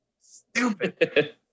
stupid